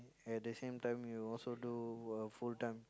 at the same time you also do uh full time